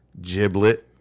giblet